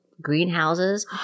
greenhouses